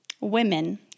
women